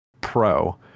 Pro